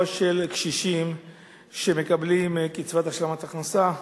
של קשישים שמקבלים קצבת השלמת הכנסה,